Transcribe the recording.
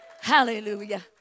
hallelujah